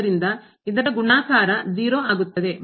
ಆದ್ದರಿಂದ ಇದರ ಗುಣಾಕಾರ 0 ಆಗುತ್ತದೆ